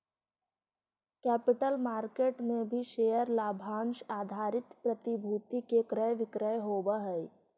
capital market में भी share लाभांश आधारित प्रतिभूति के क्रय विक्रय होवऽ हई